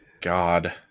God